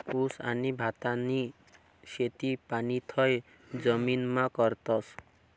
ऊस आणि भातनी शेती पाणथय जमीनमा करतस